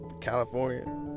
California